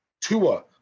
Tua